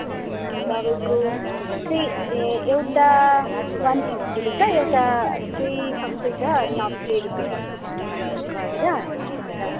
उम् दवाईको चाहिँ एउटा वन फिफ्टीको छ एउटा चाहिँ सस्तै छ नब्बे रुपियाँ गरेर अन्त